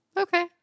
okay